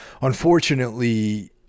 Unfortunately